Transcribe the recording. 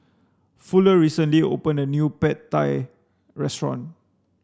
Fuller recently opened a new Pad Thai restaurant